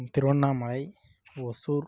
Tiruvannamalai Hosur